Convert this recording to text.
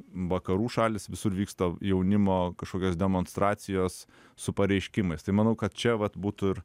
vakarų šalys visur vyksta jaunimo kažkokios demonstracijos su pareiškimais tai manau kad čia vat būtų ir